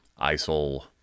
ISIL